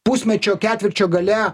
pusmečio ketvirčio gale